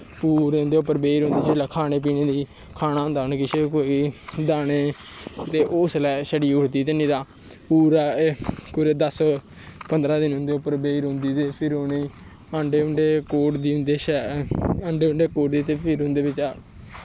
पूरी इं'दे पर बेही रौंह्दी जिसलै खाने पीने दी खाने होंदे कोई दानें ते उसलै छड़ी उठदी ते नेईं ते पूरा दस पंदरां दिन उं'दे पर बेही रौंह्दी ते अंडे उंडे कोड़दी अंडे उंडे कोड़ियै ते उं'दे बिच्चा दा